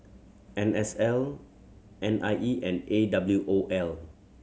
N S L N I E and A W O L